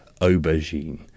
aubergine